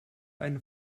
eine